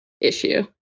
issue